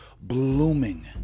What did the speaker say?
blooming